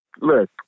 look